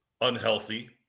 unhealthy